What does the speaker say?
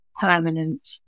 permanent